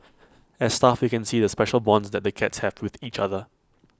as staff we can see the special bonds that the cats have with each other